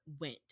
went